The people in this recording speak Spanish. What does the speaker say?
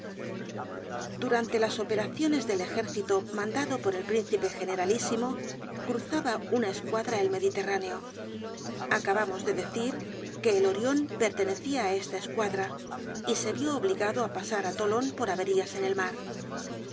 durante las operaciones del ejército mandado por el príncipe generalísimo cruzaba una escuadra el mediterráneo acabamos de decir que el orion pertenecia á esta escuadra y se vió obligado á pasar á tolon por averías en el mar